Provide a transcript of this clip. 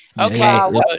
Okay